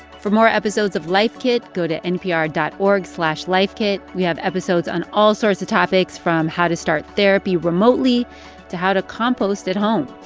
for more episodes of life kit, go to npr dot org slash lifekit. we have episodes on all sorts of topics, from how to start therapy remotely to how to compost at home.